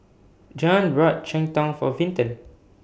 Jean bought Cheng Tng For Vinton